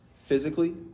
physically